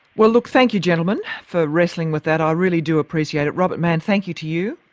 well look, thank you, gentlemen for wrestling with that. i really do appreciate it. robert manne, thank you to you.